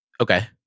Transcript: Okay